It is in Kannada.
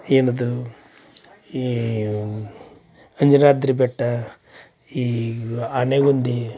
ಏನದು ಈ ಅಂಜನಾದ್ರಿ ಬೆಟ್ಟ ಈ ಆನೆಗುಂದಿ